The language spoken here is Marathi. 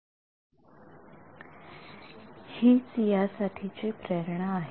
तर हि या साठी ची प्रेरणा आहे